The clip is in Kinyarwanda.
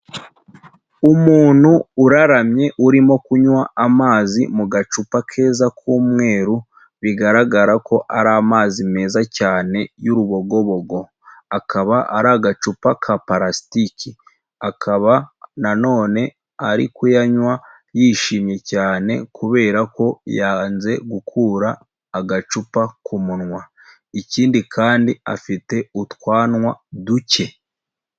Umuntu uraramye urimo kunywa amazi mu gacupa keza k'umweru bigaragara ko ari amazi meza cyane y'urubogobogo, akaba ari agacupa ka parasitike, akaba nanone ari kuyanywa yishimye cyane kubera ko yanze gukura agacupa ku munwa, ikindi kandi afite utwanwa duke.